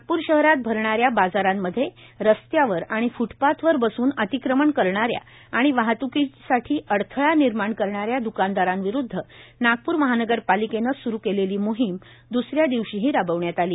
नागपूर शहरात भरणाऱ्या बाजारांमध्ये रस्त्यावर आणि फुटपाथवर बसून अतिक्रमण करणाऱ्या आणि वाहत्की अडथळा निर्माण करणाऱ्या द्कानदारांविरुद्ध नागप्र महानगरपालिकेने स्रू केलेली मोहीम द्सऱ्या दिवशीही राबविण्यात आली